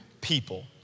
people